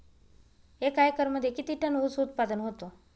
एका एकरमध्ये किती टन ऊस उत्पादन होतो?